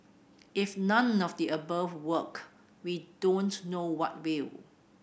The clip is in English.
if none of the above work we don't know what will